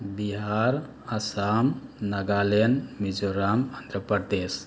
Bihar Assam Nagaland Mizoram Andhra Pradesh